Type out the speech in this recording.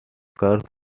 curve